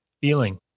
feeling